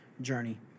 journey